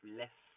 less